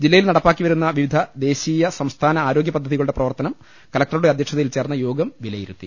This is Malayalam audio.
ജില്ലയിൽ നടപ്പാക്കിവരുന്ന വിവിധ ദേശീയ സംസ്ഥാന ആരോഗൃപദ്ധതിക ളുടെ പ്രവ്ർത്തനും കലക്ടറുടെ അധ്യക്ഷതയിൽ ചേർന്ന യോഗം വിലയിരുത്തി